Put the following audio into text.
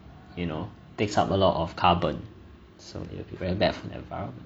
you know takes up a lot of carbon so it will be very bad for the environment